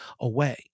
away